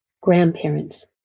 grandparents